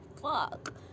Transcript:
fuck